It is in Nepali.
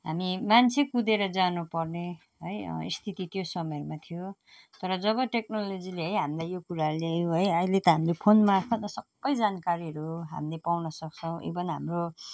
हामी मान्छे कुदेर जानु पर्ने है स्थिति त्यो समयमा थियो तर जब टेक्नोलोजीले है हामीलाई यो कुरा ल्यायो है अहिले त हामीले फोन मार्फत आफ्नो त सब जानकारीहरू हामीले पाउन सक्छौँ इभन हाम्रो